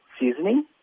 seasoning